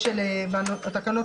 גם בשבת הוא לא מקבל